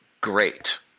great